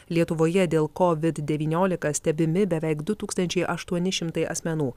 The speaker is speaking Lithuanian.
lietuvoje dėl covid devyniolika stebimi beveik du tūkstančiai aštuoni šimtai asmenų